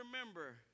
remember